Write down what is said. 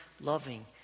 loving